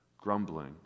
grumbling